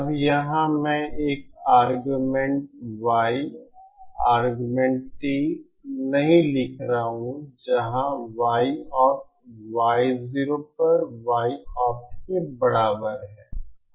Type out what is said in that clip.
अब यहाँ मैं आरगयूमेंट Y आरगयूमेंट T नहीं लिख रहा हूँ जहाँ yopt y0 पर yopt के बराबर है